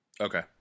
Okay